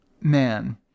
man